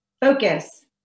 focus